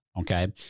okay